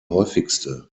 häufigste